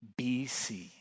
BC